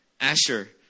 Asher